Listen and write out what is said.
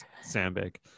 sandbag